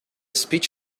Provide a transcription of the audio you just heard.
speech